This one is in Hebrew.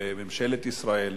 ממשלת ישראל,